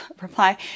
reply